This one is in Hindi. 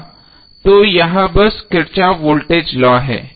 तो यह बस किरचॉफ वोल्टेज लॉ है